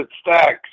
Stacks